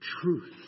truth